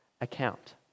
account